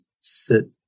sit